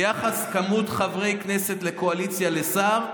ביחס הכמות של חברי כנסת בקואליציה לשר,